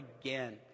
again